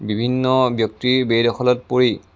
বিভিন্ন ব্যক্তিৰ বেদখলত পৰি